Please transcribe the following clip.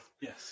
Yes